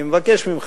בדקנו את הנושא,